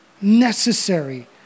necessary